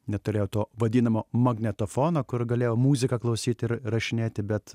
neturėjau to vadinamo magnetofono kur galėjau muziką klausyt ir rašinėti bet